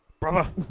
Brother